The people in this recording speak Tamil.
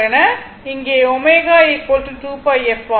இங்கே ω 2πf ஆகும்